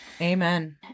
amen